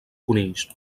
conills